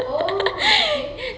oh okay